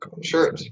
sure